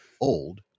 old